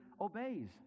obeys